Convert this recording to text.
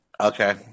Okay